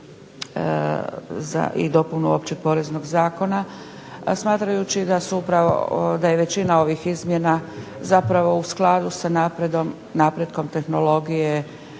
i dopunu Općeg poreznog zakona, a smatrajući da su upravo, da je većina ovih izmjena zapravo u skladu sa napretkom tehnologije